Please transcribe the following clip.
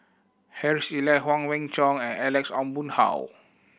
Harry Elias Huang Wenhong and Alex Ong Boon Hau